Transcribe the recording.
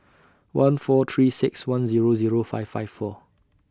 one four three six one Zero Zero five five four